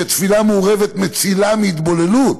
שתפילה מעורבת מצילה מהתבוללות,